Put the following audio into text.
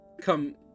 come